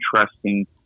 interesting